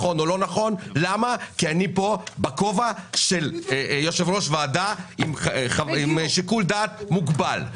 כל זה כי אני בכובע של יושב-ראש ועדה שיש לו שיקול דעת מוגבל.